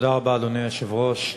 אדוני היושב-ראש,